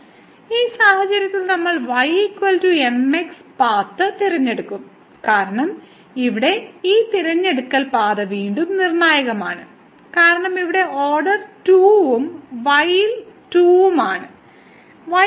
ഈ സാഹചര്യത്തിൽ നമ്മൾ y mx പാത്ത് തിരഞ്ഞെടുക്കും കാരണം ഇവിടെ ഈ തിരഞ്ഞെടുക്കൽ പാത വീണ്ടും നിർണ്ണായകമാണ് കാരണം ഇവിടെ ഓർഡർ 2 ഉം y ൽ 2 ഉം ആണ്